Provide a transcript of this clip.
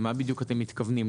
למה בדיוק אתם מתכוונים,